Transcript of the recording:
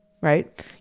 Right